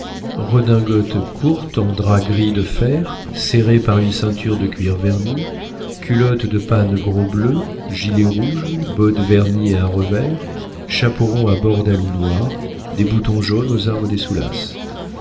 redingote courte en drap gris de fer serrée par une ceinture de cuir verni culotte de panne gros bleu gilet rouge bottes vernies et à revers chapeau rond à bourdaloue noir des boutons jaunes aux armes des